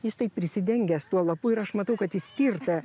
jis taip prisidengęs tuo lapu ir aš matau kad jis tirta